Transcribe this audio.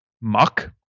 muck